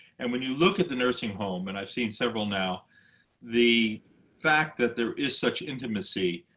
and when you look at the nursing home and i've seen several, now the fact that there is such intimacy,